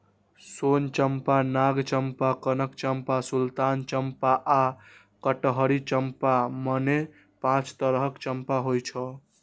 सोन चंपा, नाग चंपा, कनक चंपा, सुल्तान चंपा आ कटहरी चंपा, मने पांच तरहक चंपा होइ छै